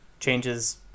changes